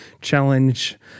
challenge